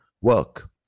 work